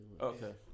Okay